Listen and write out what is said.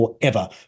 forever